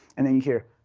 and then you hear,